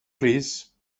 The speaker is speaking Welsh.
plîs